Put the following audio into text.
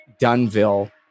Dunville